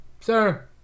Sir